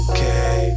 Okay